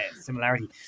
similarity